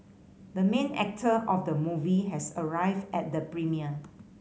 the main actor of the movie has arrived at the premiere